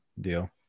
deal